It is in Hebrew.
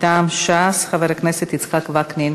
מטעם ש"ס, חבר הכנסת יצחק וקנין,